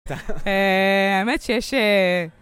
האמת שיש